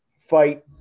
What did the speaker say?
fight